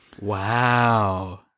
Wow